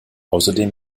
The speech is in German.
außerdem